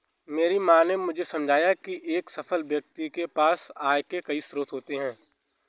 मेरी माँ ने मुझे समझाया की एक सफल व्यक्ति के पास आय के कई स्रोत होते हैं